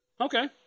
Okay